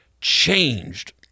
changed